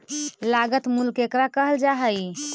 लागत मूल्य केकरा कहल जा हइ?